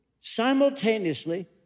simultaneously